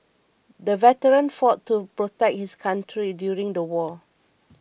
the veteran fought to protect his country during the war